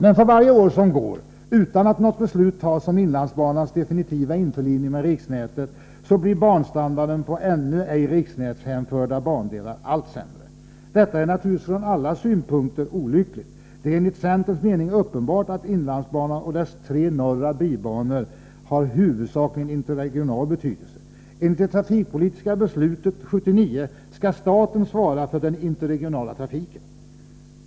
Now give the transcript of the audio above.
Men för varje år som går utan att något beslut tas om inlandsbanans definitiva införlivande med riksnätet blir banstandarden på ännu ej riksnätshänförda bandelar allt sämre. Detta är naturligtvis från alla synpunkter olyckligt. Det är enligt centerns mening uppenbart att inlandsbanan och dess tre norra bibanor har huvudsakligen interregional betydelse. Enligt det trafikpolitiska beslutet år 1979 skall staten svara för den interregionala trafiken.